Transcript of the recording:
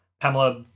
Pamela